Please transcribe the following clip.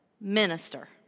minister